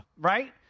Right